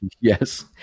Yes